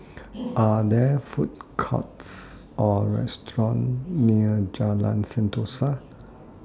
Are There Food Courts Or restaurants near Jalan Sentosa